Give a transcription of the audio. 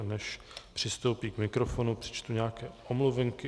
Než přistoupí k mikrofonu, přečtu nějaké omluvenky.